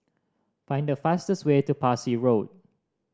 find the fastest way to Parsi Road